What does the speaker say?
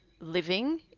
living